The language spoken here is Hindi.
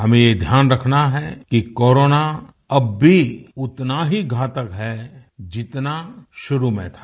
हमें ध्यान रखना है कि कोरोना अब भी उतना ही घातक है जितना शुरू में था